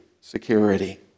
security